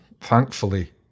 thankfully